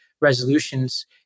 resolutions